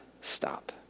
stop